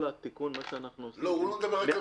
מה שאנחנו עושים - מעל גיל 18. הוא מדבר על